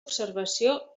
observació